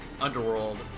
Underworld